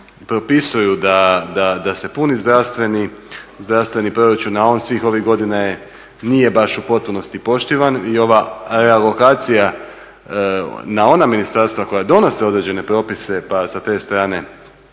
da se puni zdravstveni proračun a on svih ovih godina nije baš u potpunosti poštivan. I ova realokacija na ona ministarstva koja donose određene propise pa sa te strane